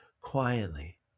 quietly